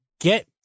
get